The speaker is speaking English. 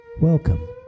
Welcome